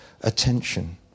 attention